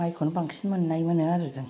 माइखौनो बांसिन मोननाय मोनो आरो जों